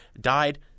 Died